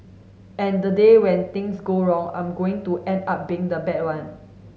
and the day when things go wrong I'm going to end up being the bad one